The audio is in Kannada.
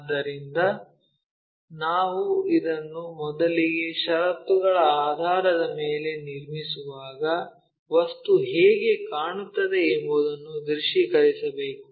ಆದ್ದರಿಂದ ನಾವು ಇದನ್ನು ಮೊದಲಿಗೆ ಷರತ್ತುಗಳ ಆಧಾರದ ಮೇಲೆ ನಿರ್ಮಿಸುವಾಗ ವಸ್ತು ಹೇಗೆ ಕಾಣುತ್ತದೆ ಎಂಬುದನ್ನು ದೃಶ್ಯೀಕರಿಸಬೇಕು